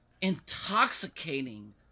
intoxicating